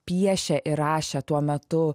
piešė ir rašė tuo metu